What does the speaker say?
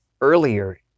earlier